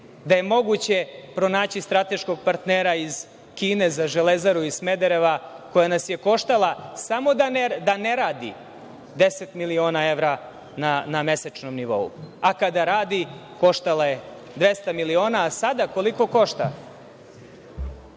Da je moguće pronaći strateškog partnera iz Kine za Železaru iz Smedereva koja nas je koštala, samo da ne radi, deset miliona evra na mesečnom nivou, a kada radi koštala je 200 miliona. A sada koliko košta?